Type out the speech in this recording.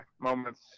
moments